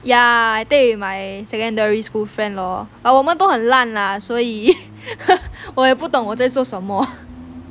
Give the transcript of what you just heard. ya I take with my secondary school friend lor but 我们都很烂啦所以我也不懂我在做什么